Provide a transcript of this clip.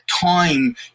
time